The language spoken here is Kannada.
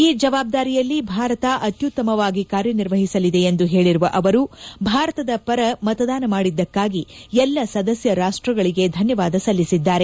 ಈ ಜವಾಬ್ದಾರಿಯಲ್ಲಿ ಭಾರತ ಅತ್ಯುತ್ತಮವಾಗಿ ಕಾರ್ಯನಿರ್ವಹಿಸಲಿದೆ ಎಂದು ಹೇಳಿರುವ ಅವರು ಭಾರತದ ಪರ ಮತದಾನ ಮಾಡಿದ್ದಕ್ಕಾಗಿ ಎಲ್ಲ ಸದಸ್ಯ ರಾಷ್ಟ್ರಗಳಿಗೆ ಧನ್ಯವಾದ ಸಲ್ಲಿಸಿದ್ದಾರೆ